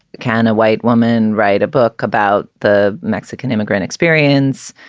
can a white woman write a book about the mexican immigrant experience,